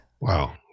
Wow